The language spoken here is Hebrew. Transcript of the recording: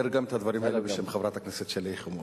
אני אומר את הדברים האלה גם בשם חברת הכנסת שלי יחימוביץ.